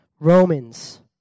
Romans